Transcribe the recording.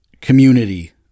community